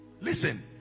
Listen